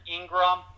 Ingram